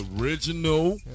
original